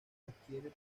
adquiere